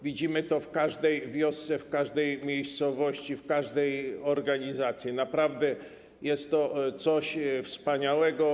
Widzimy to w każdej wiosce, w każdej miejscowości, w każdej organizacji, naprawdę to jest coś wspaniałego.